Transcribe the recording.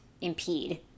impede